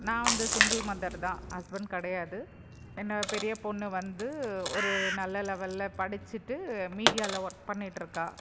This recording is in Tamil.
நான் வந்து சிங்கிள் மதர் தான் ஹஸ்பண்ட் கிடையாது என்ன பெரிய பொண்ணு வந்து ஒரு நல்ல லெவலில் படிச்சுட்டு மீடியாவில் ஒர்க் பண்ணிகிட்ருக்கா